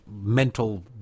mental